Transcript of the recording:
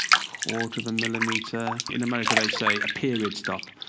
quarter of a millimeter. in america they say a period stop.